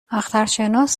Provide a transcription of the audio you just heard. اخترشناس